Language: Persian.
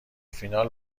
فینال